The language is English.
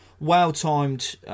well-timed